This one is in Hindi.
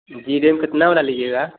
जी रैम कितने वाला लीजिएगा